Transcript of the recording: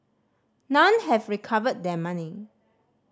none have recovered their money